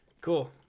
Cool